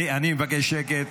אני מבקש שקט.